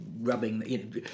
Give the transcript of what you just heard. rubbing